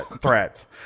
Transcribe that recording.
threats